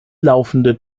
laufende